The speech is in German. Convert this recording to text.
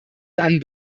dann